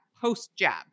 post-jab